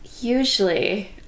usually